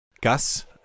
Gus